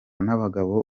n’abagabo